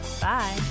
Bye